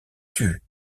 tue